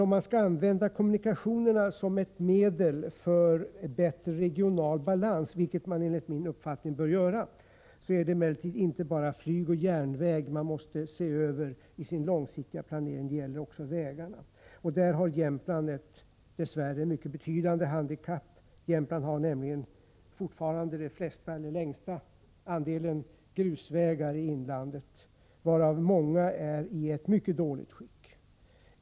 Om man skall använda kommunikationerna som ett medel för bättre regional balans, vilket man enligt min uppfattning bör göra, är det emellertid inte bara flyg och järnväg man måste se över i sin långsiktiga planering — det gäller också vägarna. På den punkten har Jämtland dess värre ett mycket betydande handikapp. Jämtland har nämligen fortfarande den största andelen grusvägar i inlandet, varav många är i mycket dåligt skick.